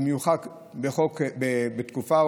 במיוחד בתקופה,